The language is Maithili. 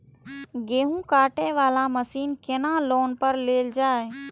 गेहूँ काटे वाला मशीन केना लोन पर लेल जाय?